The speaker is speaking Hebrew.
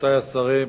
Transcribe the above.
רבותי השרים,